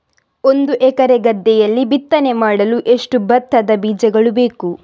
ಒಂದು ಎಕರೆ ಗದ್ದೆಯಲ್ಲಿ ಬಿತ್ತನೆ ಮಾಡಲು ಎಷ್ಟು ಭತ್ತದ ಬೀಜಗಳು ಬೇಕು?